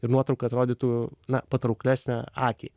ir nuotrauka atrodytų na patrauklesnė akiai